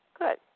Good